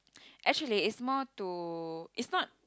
actually it's more to it's not